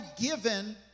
given